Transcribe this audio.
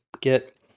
get